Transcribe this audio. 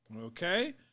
Okay